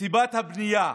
סיבת הבנייה,